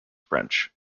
french